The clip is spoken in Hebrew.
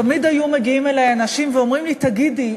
תמיד היו מגיעים אלי אנשים ואומרים לי: תגידי,